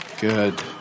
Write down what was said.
Good